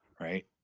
right